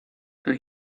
and